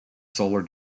solar